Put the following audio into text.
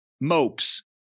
mopes